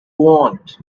want